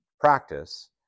practice